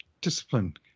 discipline